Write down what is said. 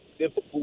difficult